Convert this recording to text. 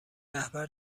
رهبر